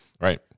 Right